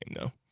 No